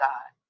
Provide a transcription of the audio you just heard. God